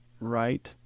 Right